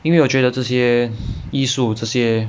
因为我觉得这些艺术这些